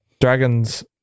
dragons